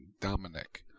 dominic